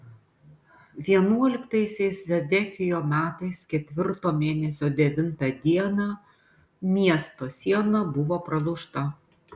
vienuoliktaisiais zedekijo metais ketvirto mėnesio devintą dieną miesto siena buvo pralaužta